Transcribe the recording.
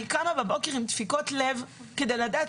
אני קמה בבוקר עם דפיקות לב כדי לדעת